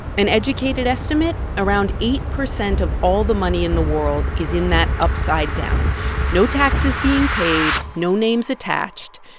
an educated estimate? around eight percent of all the money in the world is in that upside down no taxes being paid, no names attached,